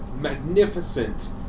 magnificent